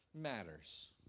matters